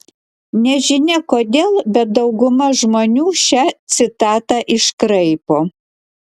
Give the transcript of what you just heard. nežinia kodėl bet dauguma žmonių šią citatą iškraipo